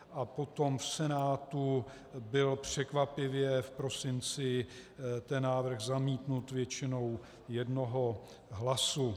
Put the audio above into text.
A potom v Senátu byl překvapivě v prosinci ten návrh zamítnut většinou jednoho hlasu.